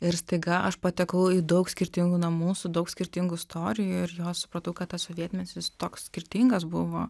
ir staiga aš patekau į daug skirtingų nuo mūsų daug skirtingų istorijų ir jo supratau kad tas sovietmetis toks skirtingas buvo